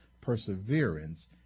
perseverance